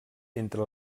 entre